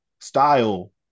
style